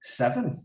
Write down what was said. seven